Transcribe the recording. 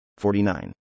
49